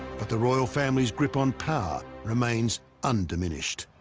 but the royal family's grip on power remains undiminished